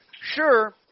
Sure